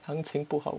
行情不好